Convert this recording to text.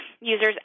users